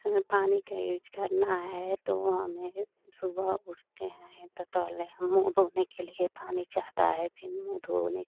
हमें पानी का ऐज़ करना है तो वह हमें सुबह उठते हैं तो पहले हम मुँह धोने के लिए पानी चाहता है फिर मुँह धोने के